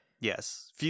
Yes